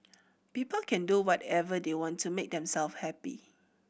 people can do whatever they want to make themselves happy